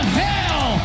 hell